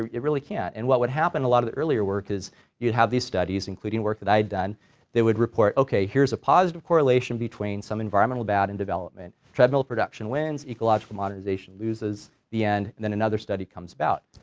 um it really can't. and what would happen a lot of the earlier work is you'd have these studies including work that i had done that would report, okay, here's a positive correlation between some environmental bad in development, treadmill of production wins ecological modernization loses the end and then another study comes about.